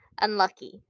unlucky